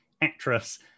actress